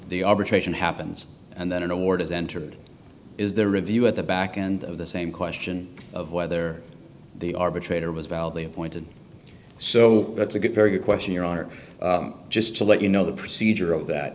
arbitration happens and then an award is entered is the review at the back end of the same question of whether the arbitrator was validly appointed so that's a good very good question your honor just to let you know the procedure of that